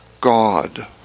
God